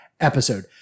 episode